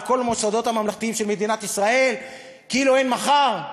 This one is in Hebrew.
על כל המוסדות הממלכתיים של מדינת ישראל כאילו אין מחר?